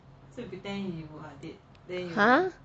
!huh!